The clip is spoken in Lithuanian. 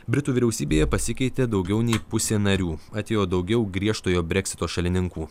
britų vyriausybėje pasikeitė daugiau nei pusė narių atėjo daugiau griežtojo breksito šalininkų